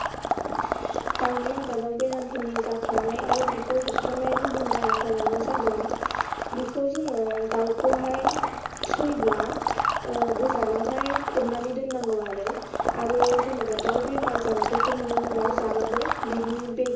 दाउनि आबादाव बेरामफोरनि जाखांनाय आरो बेखौ होबथानाय गुबन राहाफोरानो जादों बेखौ जोङो दाउखौहाइ थैब्ला गोजानावहाइ फबनानै दोननांगौ आरो आरो जेबा दाउ बेमार जानायफोरखौ नोङो नआव जाबाबो बिनि बेगें बा